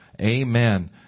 Amen